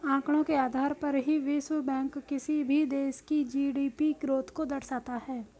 आंकड़ों के आधार पर ही विश्व बैंक किसी भी देश की जी.डी.पी ग्रोथ को दर्शाता है